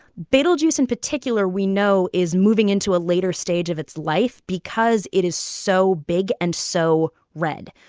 betelgeuse in particular, we know, is moving into a later stage of its life because it is so big and so red.